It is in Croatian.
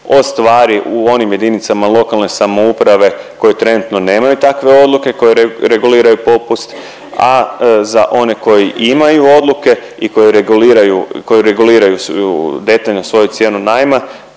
ostvari u onim JLS koje trenutno nemaju takve odluke koje reguliraju popust, a za one koje imaju odluke i koje reguliraju, koje reguliraju detaljno svoju cijenu najma